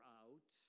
out